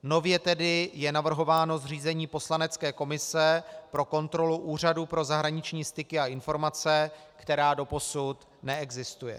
Nově tedy je navrhováno zřízení poslanecké komise pro kontrolu Úřadu pro zahraniční styky a informace, která doposud neexistuje.